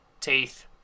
teeth